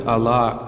Allah